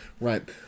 Right